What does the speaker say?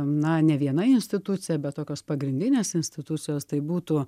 na ne viena institucija bet tokios pagrindinės institucijos tai būtų